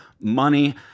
money